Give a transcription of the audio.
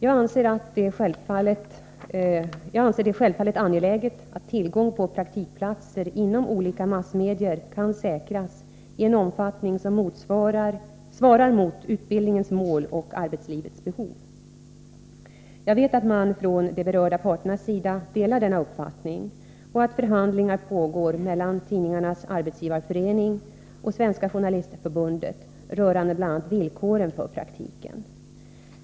Jag anser det självfallet angeläget att tillgång på praktikplatser inom olika massmedier kan säkras i en omfattning som svarar mot utbildningens mål och arbetslivets behov. Jag vet att man från de berörda parternas sida delar denna uppfattning och att förhandlingar pågår mellan Tidningarnas arbetsgivareförening och Svenska journalistförbundet rörande bl.a. villkoren för praktiken.